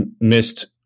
missed